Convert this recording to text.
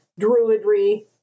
Druidry